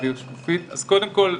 אז קודם כל,